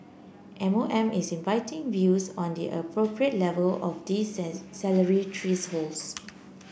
M O M is inviting views on the appropriate level of these salary